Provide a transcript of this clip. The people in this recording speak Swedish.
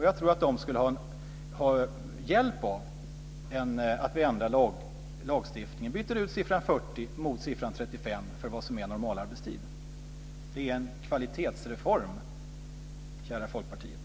Jag tror att de skulle ha hjälp av att vi ändrar lagstiftningen och byter ut siffran 40 mot siffran 35 för vad som är normalarbetstid. Det är en kvalitetsreform, kära Folkpartiet.